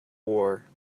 war